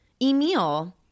Emil